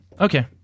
okay